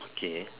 okay